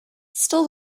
still